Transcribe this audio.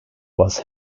was